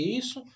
isso